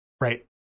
Right